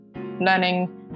learning